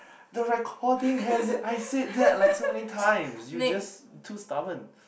the recording has it I said that like so many times you just too stubborn